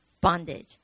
bondage